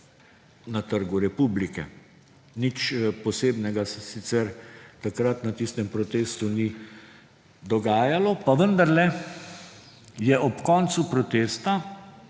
na Trgu republike. Nič posebnega se sicer takrat na tistem protestu ni dogajalo, pa vendarle je ob koncu protesta